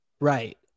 Right